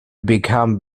become